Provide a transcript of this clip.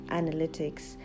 analytics